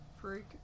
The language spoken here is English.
Freak